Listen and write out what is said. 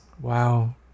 Wow